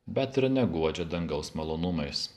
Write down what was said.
bet ir neguodžia dangaus malonumais